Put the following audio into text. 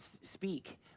speak